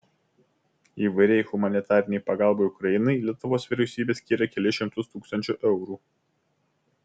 įvairiai humanitarinei pagalbai ukrainai lietuvos vyriausybė skyrė kelis šimtus tūkstančių eurų